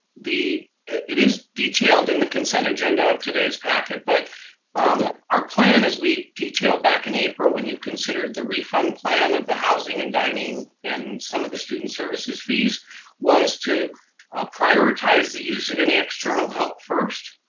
it is detailed in the consent agenda of today's packet. but our plan as we detailed back in april when you consider the refund plan of the housing and dining and some of the student services fees was to ah prioritize the use of any external help first,